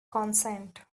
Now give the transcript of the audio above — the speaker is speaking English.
consent